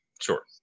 sure